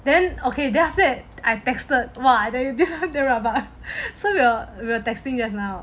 then okay then after that I texted !wah! I tell you this one damn rabak so we were so we were texting just now